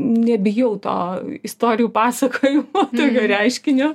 nebijau to istorijų pasakojimo tokio reiškinio